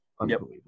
Unbelievable